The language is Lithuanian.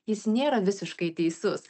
jis nėra visiškai teisus